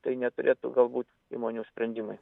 tai neturėtų galbūt įmonių sprendimai